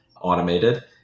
automated